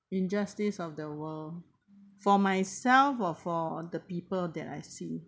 injustice of the world for myself or for the people that I see